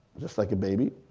just like a baby,